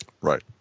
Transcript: right